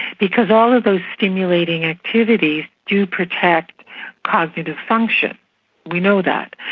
because all of those stimulating activities do protect cognitive function we know that.